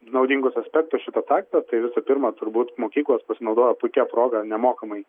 naudingus aspektus šitos taktikos tai visų pirma turbūt mokyklos pasinaudojo puikia proga nemokamai